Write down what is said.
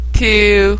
two